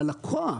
על הלקוח.